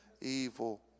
evil